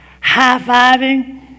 high-fiving